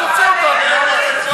אז תוציא אותו.